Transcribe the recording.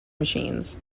machines